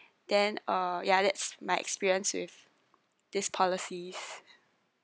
then uh ya that's my experience with this policies